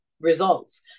results